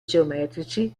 geometrici